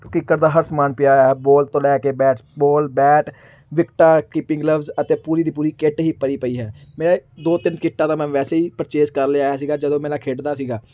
cricket ਦਾ ਹਰ ਸਮਾਨ ਪਿਆ ਆ ਬੋਲ ਤੋਂ ਲੈ ਕੇ ਬੈਟ ਬੋਲ ਬੈਟ ਵਿਕਟਾਂ ਕੀਪਿੰਗ ਗਲਵਜ਼ ਅਤੇ ਪੂਰੀ ਦੀ ਪੂਰੀ ਕਿੱਟ ਹੀ ਭਰੀ ਪਈ ਹੈ ਮੈਂ ਦੋ ਤਿੰਨ ਕਿੱਟਾਂ ਦਾ ਮੈਂ ਵੈਸੇ ਹੀ ਪਰਚੇਸ ਕਰ ਲਿਆਇਆ ਸੀਗਾ ਜਦੋਂ ਮੇਨਾ ਖੇਡਦਾ ਸੀਗਾ